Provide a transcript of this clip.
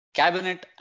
cabinet